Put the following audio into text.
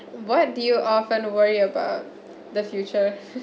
what do you often worry about the future